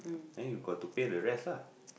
then you got to pay the rest lah